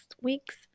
week's